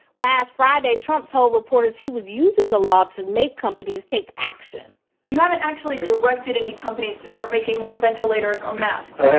last friday, trump told reporters he was using the law to and make companies take action you haven't actually directed any companies to start making more ventilators or masks